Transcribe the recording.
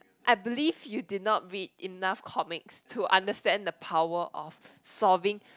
I believe you did not read enough comics to understand the power of